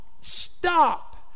stop